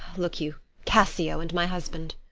look you cassio and my husband.